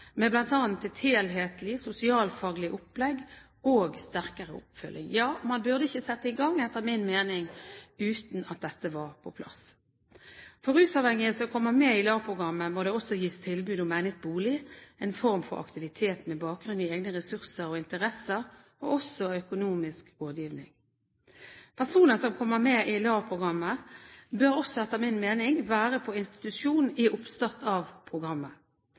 med bl.a. et helhetlig sosialfaglig opplegg og sterkere oppfølging. Man burde etter min mening ikke sette i gang uten at dette var på plass. For rusavhengige som kommer med i LAR-programmet, må det også gis tilbud om egnet bolig, en form for aktivitet med bakgrunn i egne ressurser og interesser og også økonomisk rådgivning. Personer som kommer med i LAR-programmet, bør etter min mening være på institusjon i oppstart av programmet.